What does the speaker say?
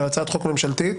להצעת חוק ממשלתית,